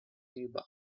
nearby